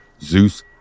Zeus